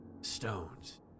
stones